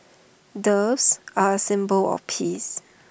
doves are A symbol of peace